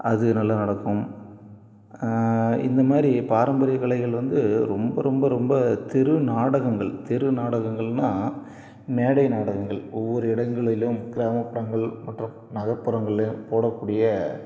அது நல்லா நடக்கும் இந்த மாதிரி பாரம்பரிய கலைகள் வந்து ரொம்ப ரொம்ப ரொம்ப தெரு நாடகங்கள் தெரு நாடகங்கள்னா மேடை நாடகங்கள் ஒவ்வொரு இடங்களிலும் கிராமப்புறங்கள் மற்றும் நகர்ப்புறங்கள்லேயும் போடக்கூடிய